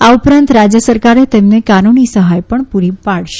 આ ઉપરાંત રાજય સરકાર તેમને કાનૂની સહાય પણ પૂડી પાડશે